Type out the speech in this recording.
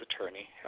attorney